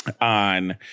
on